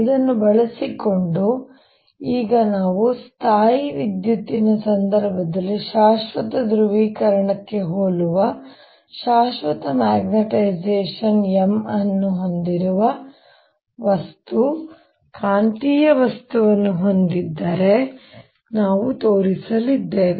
ಇದನ್ನು ಬಳಸಿಕೊಂಡು ಈಗ ನಾವು ಸ್ಥಾಯೀವಿದ್ಯುತ್ತಿನ ಸಂದರ್ಭದಲ್ಲಿ ಶಾಶ್ವತ ಧ್ರುವೀಕರಣಕ್ಕೆ ಹೋಲುವ ಶಾಶ್ವತ ಮ್ಯಾಗ್ನೆಟೈಸೇಶನ್ M ಅನ್ನು ಹೊಂದಿರುವ ವಸ್ತು ಕಾಂತೀಯ ವಸ್ತುವನ್ನು ಹೊಂದಿದ್ದರೆ ನಾವು ತೋರಿಸಲಿದ್ದೇವೆ